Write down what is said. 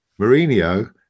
Mourinho